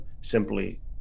simply